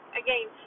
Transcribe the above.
again